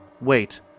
Wait